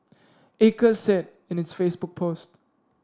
acres said in its Facebook post